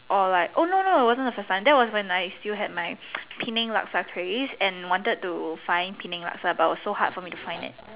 or like oh no no it was not the first time that was when I still had my Penang Laksa craves and I wanted to find Penang Laksa but it was so hard for me to find it